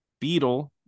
beetle